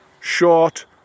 short